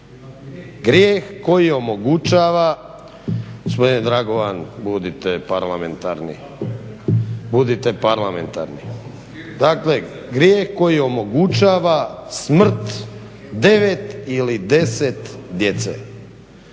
grijeh koji omogućava smrt devet ili deset djece,